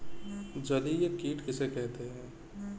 जलीय कीट किसे कहते हैं?